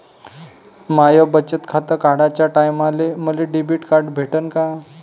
माय बचत खातं काढाच्या टायमाले मले डेबिट कार्ड भेटन का?